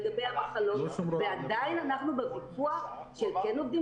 לגבי המחלות ועדיין אנחנו בוויכוח של כן עובדים